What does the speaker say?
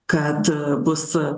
kad bus su